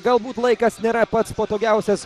galbūt laikas nėra pats patogiausias